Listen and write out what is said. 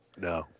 No